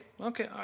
okay